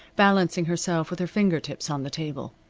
balancing herself with her finger tips on the table.